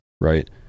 right